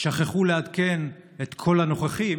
שכחו לעדכן את כל הנוכחים